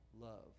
love